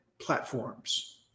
platforms